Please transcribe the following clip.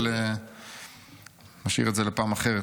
אבל נשאיר את זה לפעם אחרת.